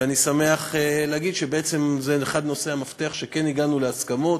ואני שמח לומר שזה אחד מנושאי המפתח שכן הגענו בהם להסכמות,